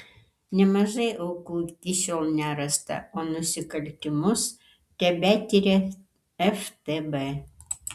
nemažai aukų iki šiol nerasta o nusikaltimus tebetiria ftb